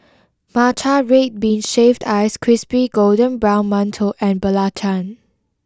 Matcha Red Bean Shaved Ice Crispy Golden Brown Mantou and Belacan